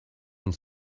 and